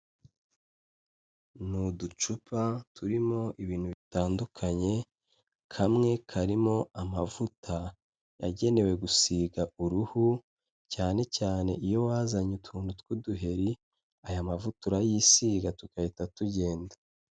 Ni uducupa turimo ibintu bitandukanye kamwe karimo amavuta yagenewe gusiga uruhu cyane cyane iyo wazanye utuntu tw'uduheri aya mavuta urayisiga tugahita tugenda.